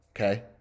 Okay